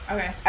Okay